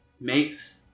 Makes